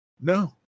no